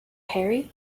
harry